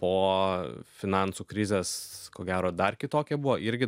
o finansų krizės ko gero dar kitokie buvo irgi